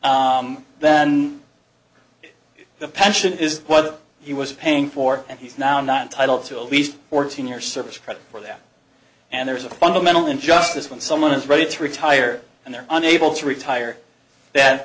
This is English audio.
then the pension is what he was paying for and he's now not entitle to a least fourteen year service credit for that and there's a fundamental injustice when someone is ready to retire and they're unable to retire that